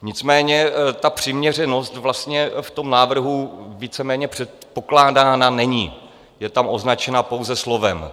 Nicméně přiměřenost v tom návrhu víceméně předpokládána není, je tam označena pouze slovem.